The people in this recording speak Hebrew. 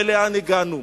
ולאן הגענו,